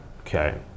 Okay